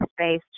space